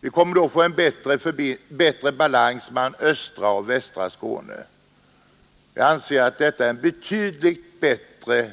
Vi kommer att få en bättre balans mellan östra och västra Skåne. Jag anser att detta är en betydligt bättre